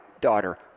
daughter